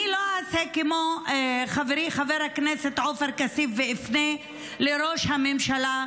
אני לא אעשה כמו חברי חבר הכנסת עופר כסיף ואפנה לראש הממשלה,